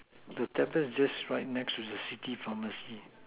the tablet is just right next to the city pharmacy